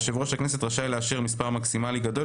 יושב-ראש הכנסת רשאי לאשר מספר מקסימאלי גדול